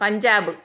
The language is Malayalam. പഞ്ചാബ്